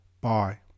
Bye